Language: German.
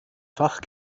fach